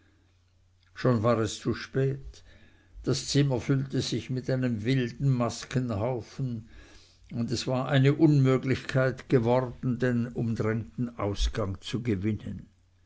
schon war es zu spät das zimmer füllte sich mit einem wilden maskenhaufen und es war eine unmöglichkeit geworden den umdrängten ausgang zu gewinnen